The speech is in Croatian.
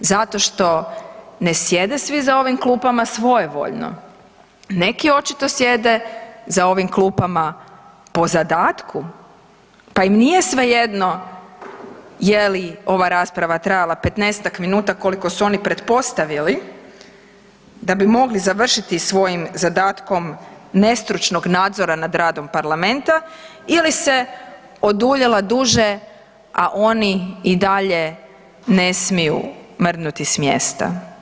Zato što ne sjede svi za ovim klupama svojevoljno, neki očito sjede za ovim klupama po zadatku pa im nije svejedno je li ova rasprava trajala 15-ak minuta koliko su oni pretpostavili da bi mogli završiti svojim zadatkom nestručnog nadzora na radom parlamenta ili se oduljila duže a oni i dalje ne smiju mrdnuti s mjesta.